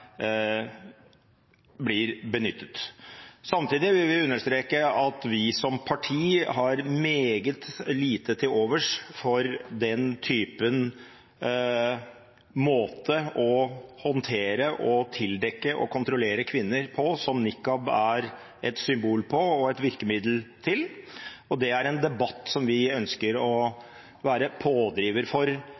blir benyttet. Samtidig vil vi understreke at vi som parti har meget lite til overs for den måten å håndtere, tildekke og kontrollere kvinner på som nikab er et symbol på og et virkemiddel for. Det er en debatt som vi ønsker å være pådriver for,